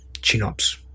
chin-ups